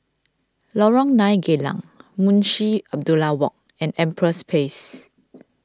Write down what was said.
Lorong nine Geylang Munshi Abdullah Walk and Empress Place